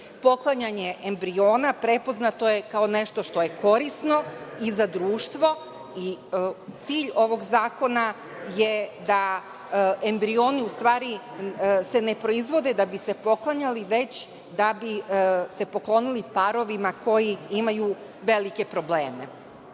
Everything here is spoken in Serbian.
Poklanjanje embriona prepoznato je kao nešto što je korisno i za društvo i cilj ovog zakona je da se embrioni u stvari ne proizvode da bi se poklanjali, već da bi se poklonili parovima koji imaju velike probleme.